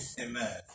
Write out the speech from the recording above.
Amen